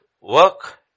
work